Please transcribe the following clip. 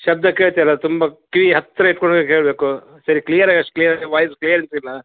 ಶಬ್ದ ಕೇಳ್ತಾ ಇಲ್ಲ ತುಂಬ ಕಿವಿ ಹತ್ತಿರ ಇಟ್ಟುಕೊಂಡೇ ಕೇಳಬೇಕು ಸರಿ ಕ್ಲಿಯರಾಗಿ ಅಷ್ಟು ಕ್ಲಿಯರ್ ವಾಯ್ಸ್ ಕ್ಲಿಯರ್ ಸಹ ಇಲ್ಲ